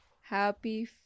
Happy